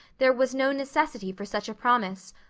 there was no necessity for such a promise.